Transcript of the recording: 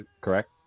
Correct